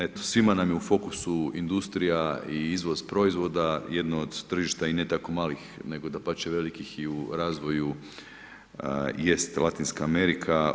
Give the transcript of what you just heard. Evo, svima nam je u fokusu industrija i izvoz proizvoda, jedno od tržišta i ne tako malih, nego dapače velikih i u razvoju jest Latinska Amerika.